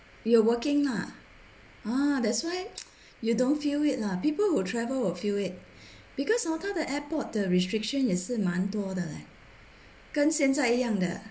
you are working lah ah that's why you don't feel it lah people who travel will feel it because hor 他的 airport 的 restriction 也是蛮多的 leh 跟现在一样的